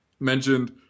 mentioned